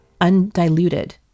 undiluted